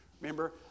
Remember